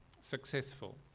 successful